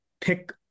pick